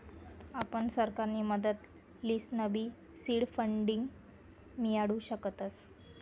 आपण सरकारनी मदत लिसनबी सीड फंडींग मियाडू शकतस